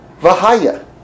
Vahaya